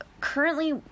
currently